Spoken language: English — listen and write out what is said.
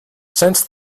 since